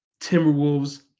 Timberwolves